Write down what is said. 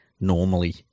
normally